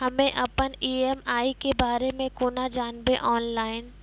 हम्मे अपन ई.एम.आई के बारे मे कूना जानबै, ऑनलाइन?